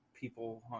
people